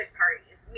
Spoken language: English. parties